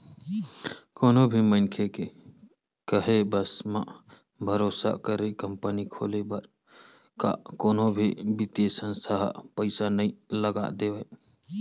कोनो भी मनखे के केहे बस म, भरोसा करके कंपनी खोले बर का कोनो भी बित्तीय संस्था ह पइसा नइ लगा देवय